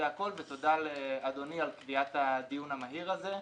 זה הכול, ותודה לאדוני על קביעת הדיון המהיר הזה,